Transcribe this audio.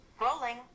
Rolling